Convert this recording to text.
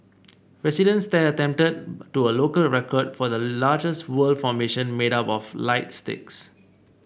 residents there attempted to a local record for the largest word formation made up of light sticks